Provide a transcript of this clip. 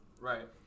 Right